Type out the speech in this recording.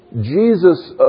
Jesus